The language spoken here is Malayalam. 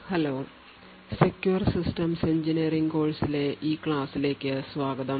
ഹലോ സെക്യുർ സിസ്റ്റംസ് എഞ്ചിനീയറിംഗ് കോഴ്സിലെ ഈ ക്ലാസ്സിലേക്ക് സ്വാഗതം